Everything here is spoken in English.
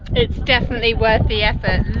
it's definitely worth the effort.